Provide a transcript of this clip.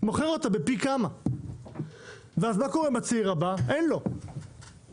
הוא מוכר אותה במחיר שהוא פי כמה ולצעיר הבא אין כסף לקנות את הדירה.